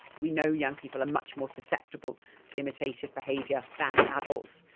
we know young people are much more susceptible to imitative behaviour than adults,